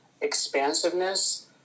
expansiveness